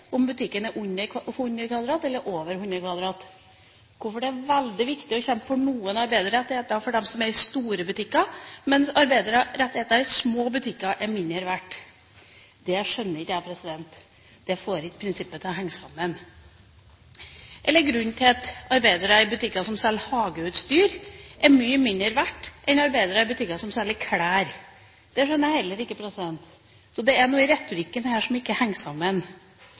om butikken er under 100 m2 eller over 100 m2. Hvorfor er det veldig viktig å kjempe for arbeideres rettigheter i store butikker, mens arbeideres rettigheter i små butikker er mindre verdt? Det skjønner ikke jeg, det får ikke prinsippet til å henge sammen. Grunnen til at arbeidere i butikker som selger hageutstyr, er mye mindre verdt enn arbeidere i butikker som selger klær, skjønner jeg heller ikke. Det er noe i retorikken her som ikke henger sammen,